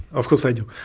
of course i do.